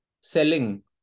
selling